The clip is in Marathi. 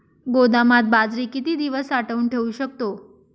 गोदामात बाजरी किती दिवस साठवून ठेवू शकतो?